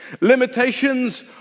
Limitations